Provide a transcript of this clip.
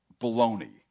baloney